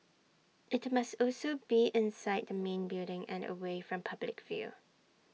IT must also be inside the main building and away from public view